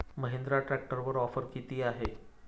महिंद्रा ट्रॅक्टरवर ऑफर किती आहे?